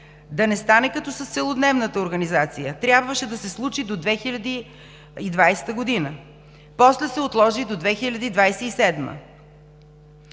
Да не стане като с целодневната организация – трябваше да се случи до 2020 г., а после се отложи до 2027